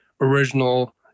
original